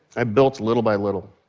i built little by little,